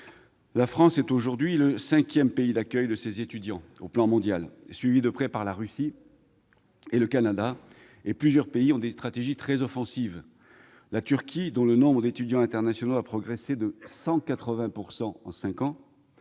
La France est aujourd'hui le cinquième pays d'accueil de ces étudiants. Elle est suivie de près par la Russie et le Canada. Plusieurs pays ont des stratégies très offensives. Je pense à la Turquie, dont le nombre d'étudiants internationaux a progressé de 180 % en cinq ans,